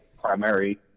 primary